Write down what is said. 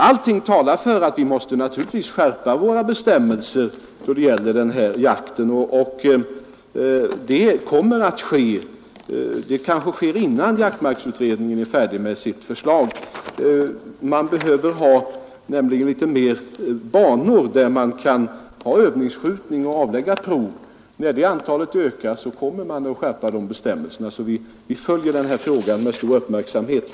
Allting talar emellertid för att vi måste skärpa bestämmelserna för denna jakt, och detta kommer också att ske, kanske redan innan jaktmarksutredningen är färdig med sitt förslag. Man behöver nämligen ha flera banor för övningsskjutning och avläggande av prov, och när antalet banor ökar kommer bestämmelserna att skärpas. Vi följer alltså denna fråga med stor uppmärksamhet.